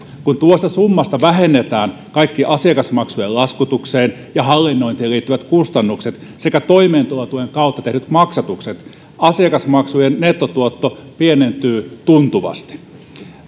kun tuosta summasta vähennetään kaikki asiakasmaksujen laskutukseen ja hallinnointiin liittyvät kustannukset sekä toimeentulotuen kautta tehdyt maksatukset asiakasmaksujen nettotuotto pienentyy tuntuvasti